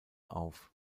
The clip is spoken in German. auf